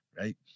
right